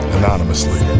anonymously